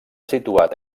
situat